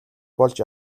болж